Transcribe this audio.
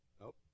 Nope